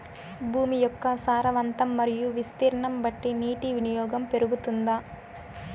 భూమి యొక్క సారవంతం మరియు విస్తీర్ణం బట్టి నీటి వినియోగం పెరుగుతుందా?